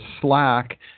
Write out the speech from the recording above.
Slack